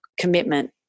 commitment